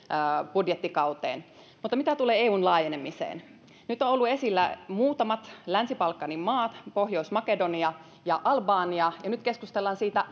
budjettikauteen mutta mitä tulee eun laajenemiseen nyt ovat olleet esillä muutamat länsi balkanin maat pohjois makedonia ja albania ja nyt keskustellaan siitä